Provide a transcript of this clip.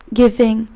giving